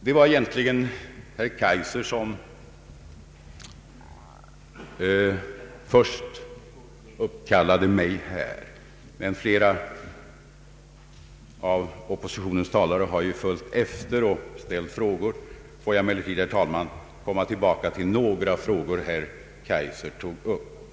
Det var egentligen herr Kaijser som först uppkallade mig, men flera av Ooppositionens talare har ju följt efter och ställt frågor. Låt mig emellertid, herr talman, beröra några frågor som herr Kaijser tog upp.